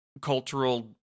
cultural